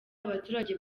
abaturage